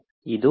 ಇದು R